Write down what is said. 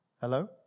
Hello